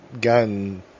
gun